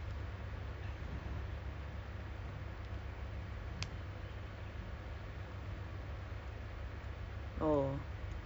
sekarang pun COVID then quite you know susah nak handle lah you know COVID dengan kerja dengan sekolah what are you doing right now